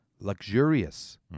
Luxurious